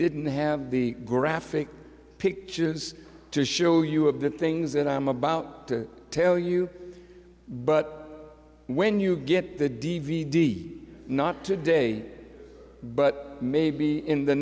didn't have the graphic pictures to show you of the things that i'm about to tell you but when you get the d v d not today but maybe in the